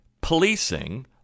Policing